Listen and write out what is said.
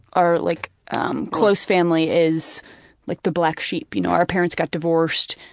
our like close family is like the black sheep, you know, our parents got divorced,